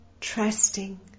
trusting